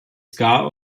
ska